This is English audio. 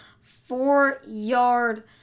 four-yard